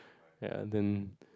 ya then